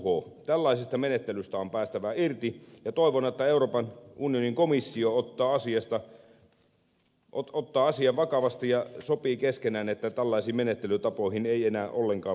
tällaisesta menettelystä on päästävä irti ja toivon että euroopan unionin komissio ottaa asian vakavasti ja jäsenmaat sopivat keskenään ettei tällaisiin menettelytapoihin enää ollenkaan mentäisi